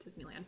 Disneyland